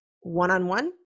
One-on-one